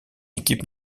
équipe